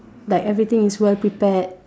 like everything is well prepared